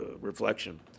reflection